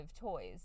toys